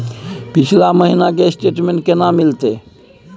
पिछला महीना के स्टेटमेंट केना मिलते?